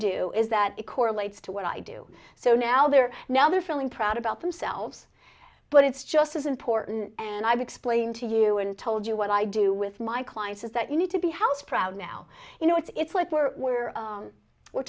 that it correlates to what i do so now they're now they're feeling proud about themselves but it's just as important and i've explained to you and told you what i do with my clients is that you need to be house proud now you know it's like we're where we're